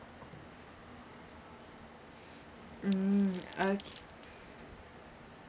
mm okay